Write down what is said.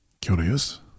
Curious